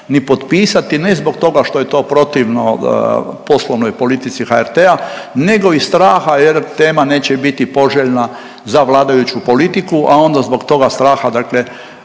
ni potpisati ne zbog toga što je to protivno poslovnoj politici HRT-a, nego iz straha jer tema neće biti poželjna za vladajuću politiku, a onda zbog toga straha dakle